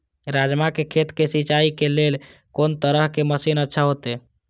राजमा के खेत के सिंचाई के लेल कोन तरह के मशीन अच्छा होते?